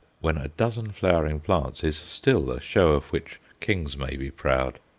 when a dozen flowering plants is still a show of which kings may be proud.